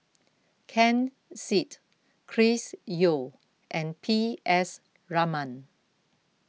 Ken Seet Chris Yeo and P S Raman